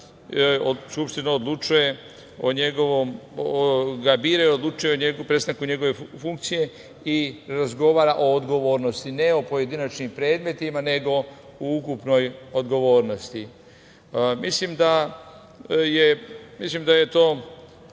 Skupština ga bira i odlučuje o prestanku njegove funkcije i razgovara o odgovornosti, ne o pojedinačnim predmetima, nego o ukupnoj odgovornosti. Mislim da je to